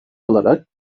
olarak